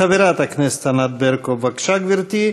חברת הכנסת ענת ברקו, בבקשה, גברתי.